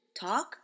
talk